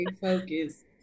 focus